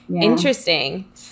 Interesting